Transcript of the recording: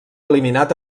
eliminat